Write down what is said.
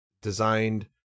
designed